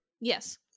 yes